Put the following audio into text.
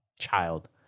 child